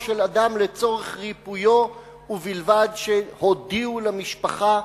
של אדם לצורך ריפוי ובלבד שהודיעו למשפחה